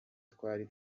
twari